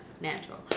natural